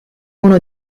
uno